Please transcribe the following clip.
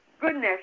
goodness